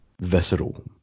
visceral